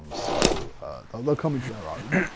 um so they'll they'll come into their own.